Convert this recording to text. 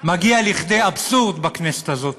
מגיעות כדי אבסורד בכנסת הזאת.